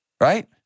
Right